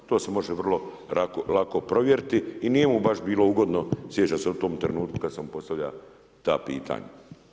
To se može vrlo lako provjeriti i nije mu bilo baš ugodno, sjećam se u tom trenutku kada sam mu postavljao ta pitanja.